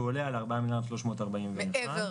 עולה על ארבעה מיליארד ו-341 מיליון שקלים מעבר.